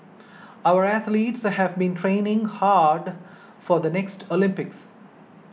our athletes have been training hard for the next Olympics